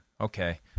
okay